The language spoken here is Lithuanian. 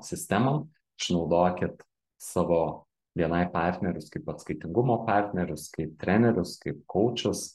sistemą išnaudokit savo bni partnerius kaip atskaitingumo partnerius kaip trenerius kaip koučus